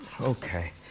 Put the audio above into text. Okay